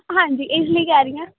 ਹਾਂਜੀ ਇਸ ਲਈ ਕਹਿ ਰਹੀ ਹਾਂ